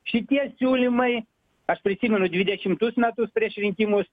šitie siūlymai aš prisimenu dvidešimtus metus prieš rinkimus